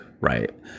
Right